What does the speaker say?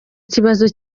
ikibazo